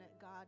God